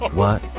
what?